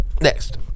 Next